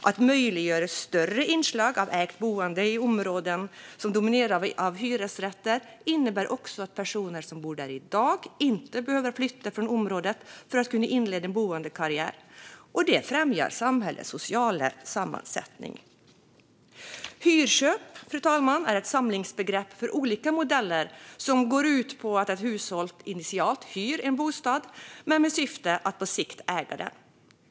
Att möjliggöra större inslag av ägt boende i områden dominerade av hyresrätter innebär också att personer som bor där idag inte behöver flytta från området för att kunna inleda sin boendekarriär, vilket främjar samhällets sociala sammansättning." Hyrköp, fru talman, är ett samlingsbegrepp för olika modeller som går ut på att ett hushåll initialt hyr en bostad i syfte att på sikt äga den.